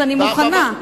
אני מוכנה.